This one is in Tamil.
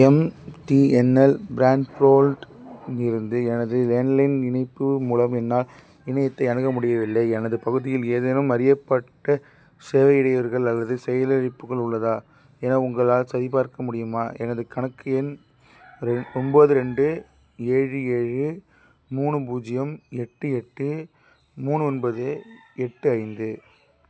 எம்டிஎன்எல் ப்ராண்ட்போல்ட் இருந்து எனது லேண்ட்லைன் இணைப்பு மூலம் என்னால் இணையத்தை அணுக முடியவில்லை எனது பகுதியில் ஏதேனும் அறியப்பட்ட சேவை இடையூறுகள் அல்லது செயலிழப்புகள் உள்ளதா என உங்களால் சரிபார்க்க முடியுமா எனது கணக்கு எண் ரெண் ஒன்போது ரெண்டு ஏழு ஏழு மூணு பூஜ்ஜியம் எட்டு எட்டு மூணு ஒன்பது எட்டு ஐந்து